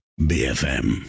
BFM